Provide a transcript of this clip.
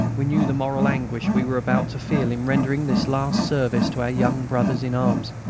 we knew the moral anguish we were about to feel in rendering this last service to our young brothers-in-arms.